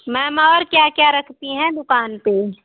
ma'am और क्या क्या रखती हैं दुकान पे